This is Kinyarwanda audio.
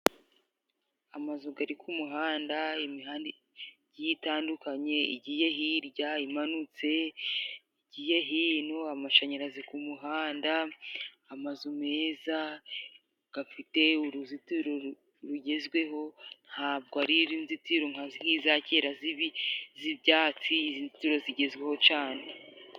Amazu ari ku muhanda, imihanda igiye itandukanye. Igiye hirya, imanutse ,igiye hino, amashanyarazi ku muhanda, amazu meza afite uruzitiro rugezweho, nta bwo ari izi nzitiro nka zirya za kera z'ibiti z'ibyatsi, ni inzitiro zigezweho cyane.